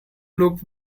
look